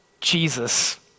Jesus